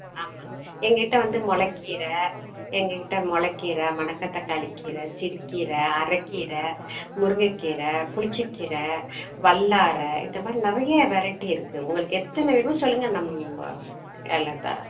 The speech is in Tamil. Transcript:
ஆமாம் எங்கள் கிட்டே வந்து முளக்கீர எங்கள் கிட்டே முளக்கீர மணக்க தக்காளி கீரை சிறுக்கீரை அரக்கீரை முருங்கக்கீரை புளிச்சக்கீரை வல்லாரை இது மாதிரி நிறைய வெரைட்டி இருக்குது உங்களுக்கு எத்தனை வேணுமோ சொல்லுங்கள் நம்ம எல்லாம் தர்றேன்